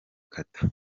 kata